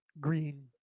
green